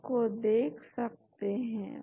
तो हम अलग अलग मॉलिक्यूल को देख सकते हैं